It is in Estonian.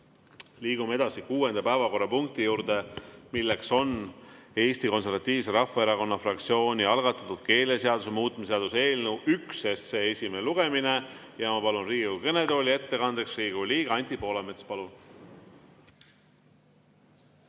Liigume edasi kuuenda päevakorrapunkti juurde, milleks on Eesti Konservatiivse Rahvaerakonna fraktsiooni algatatud keeleseaduse muutmise seaduse eelnõu 1 esimene lugemine. Ma palun Riigikogu kõnetooli ettekandeks Riigikogu liikme Anti Poolametsa.